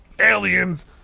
aliens